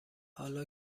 حالا